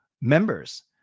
Members